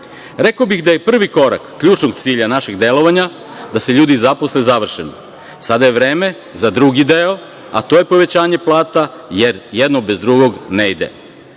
bih da je prvi korak ključnog cilja našeg delovanja da se ljudi zaposle završen, sada je vreme za drugi deo, a to je povećanje plata, jer jedno bez drugog ne ide.